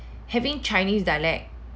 having chinese dialect